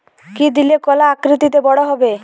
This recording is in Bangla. কি দিলে কলা আকৃতিতে বড় হবে?